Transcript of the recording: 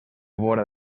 vora